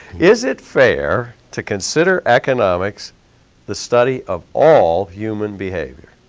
is it fair to consider economics the study of all human behavior?